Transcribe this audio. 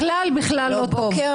בכלל בכלל לא טוב.